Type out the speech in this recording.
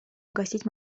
угостить